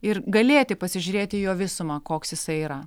ir galėti pasižiūrėti į jo visumą koks jisai yra